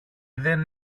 δεν